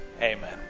Amen